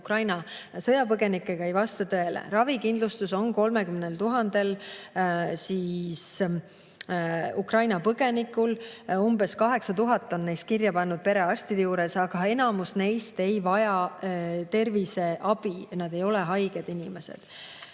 Ukraina sõjapõgenikega, ei vasta tõele. Ravikindlustus on 30 000 Ukraina põgenikul. Umbes 8000 on neist end kirja pannud perearstide juures, aga enamus neist ei vaja terviseabi, nad ei ole haiged inimesed.